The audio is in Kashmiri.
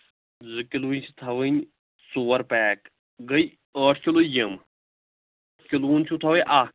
زٕ کِلوٕنۍ چھِ تھاوٕنۍ ژور پیک گٔے ٲٹھ کِلوٗ یِم کِلوُن چھُو تھاوٕنۍ اکھ